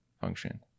function